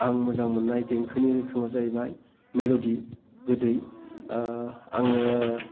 आं मोजां मोननाय देंखोनि रोखोमा जाहैबाय मेल'दि गोदै आङो